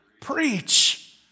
Preach